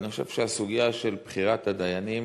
אני חושב שהסוגיה של בחירת הדיינים,